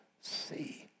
see